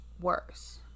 worse